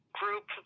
group